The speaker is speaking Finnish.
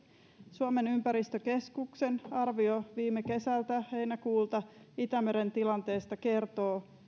suomen ympäristökeskuksen arvio viime kesältä heinäkuulta itämeren tilanteesta kertoo